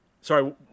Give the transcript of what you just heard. Sorry